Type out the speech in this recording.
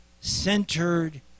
centered